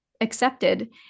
accepted